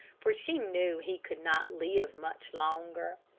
for she knew he could not live much longer.